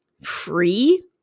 free